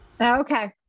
okay